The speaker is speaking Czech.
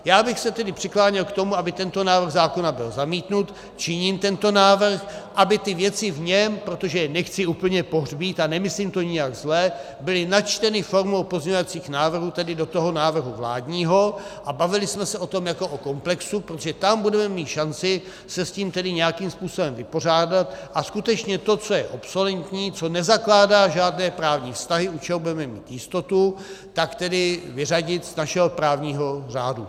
Já bych se tedy přikláněl k tomu, aby tento návrh zákona byl zamítnut, činím tento návrh, aby ty věci v něm, protože je nechci úplně pohřbít, a nemyslím to nijak zle, byly načteny formou pozměňovacích návrhů tedy do toho návrhu vládního a bavili jsme se o tom jako o komplexu, protože tam budeme mít šanci se s tím tedy nějakým způsobem vypořádat a skutečně to, co je obsoletní, co nezakládá žádné právní vztahy, u čeho budeme mít jistotu, tak tedy vyřadit z našeho právního řádu.